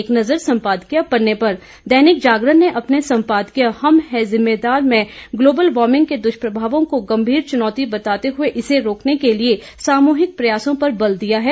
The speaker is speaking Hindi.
एक नज़र सम्पादकीय पन्ने पर दैनिक जागरण ने अपने संपादकीय हम हैं जिम्मेदार में ग्लोबल वार्भिंग के दुष्प्रभावों को गंभीर चुनौती बताते हुए इसे रोकने के लिए सामुहिक प्रयासों पर बल दिया है